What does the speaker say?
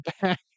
back